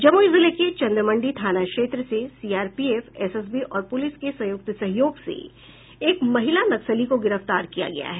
जमुई जिले के चंद्रमंडी थाना क्षेत्र से सीआरपीएफ एसएसबी और पुलिस के संयुक्त सहयोग से एक महिला नक्सली को गिरफ्तार किया गया है